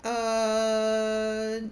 err